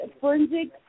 forensic